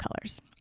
colors